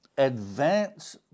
advance